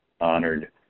honored